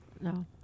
No